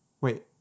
Wait